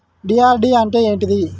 RD అంటే ఏంటిది?